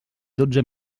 dotze